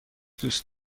دوست